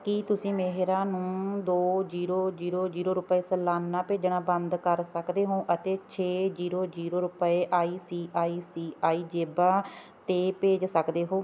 ਕੀ ਤੁਸੀਂ ਮੇਹਰਾ ਨੂੰ ਦੋ ਜੀਰੋ ਜੀਰੋ ਜੀਰੋ ਰੁਪਏ ਸਲਾਨਾ ਭੇਜਣਾ ਬੰਦ ਕਰ ਸਕਦੇ ਹੋ ਅਤੇ ਛੇ ਜੀਰੋ ਜੀਰੋ ਰੁਪਏ I C I C I ਜੇਬਾਂ 'ਤੇ ਭੇਜ ਸਕਦੇ ਹੋ